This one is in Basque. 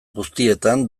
guztietan